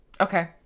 Okay